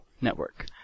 Network